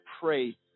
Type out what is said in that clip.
pray